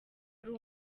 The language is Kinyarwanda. ari